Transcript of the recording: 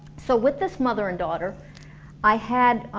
so with this mother and daughter i had